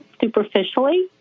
superficially